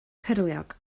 cyrliog